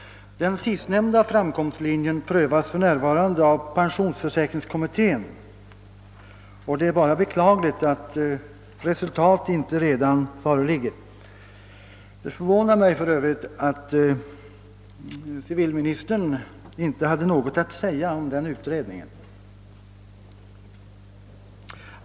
Den sistnämnda vägen prövas för närvarande av pensionsförsäkringskommittén, och det är bara beklagligt att resultatet inte redan föreligger. Det förvånar mig för övrigt att civilministern inte hade något att säga om den utredningen.